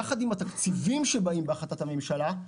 יחד עם התקציבים שבאים בהחלטת הממשלה,